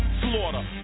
slaughter